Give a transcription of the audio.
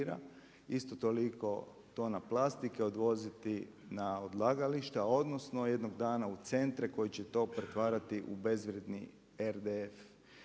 isto toliko tona plastike odvoziti na odlagalište, odnosno jednog dana u centre koji će to pretvarati u bezvrijedni RDF.